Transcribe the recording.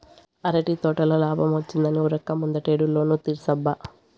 అరటి తోటల లాబ్మొచ్చిందని ఉరక్క ముందటేడు లోను తీర్సబ్బా